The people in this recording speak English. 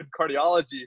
cardiology